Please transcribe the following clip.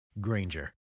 Granger